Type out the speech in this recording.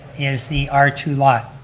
is the r two lot.